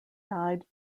died